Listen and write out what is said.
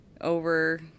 over